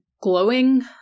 glowing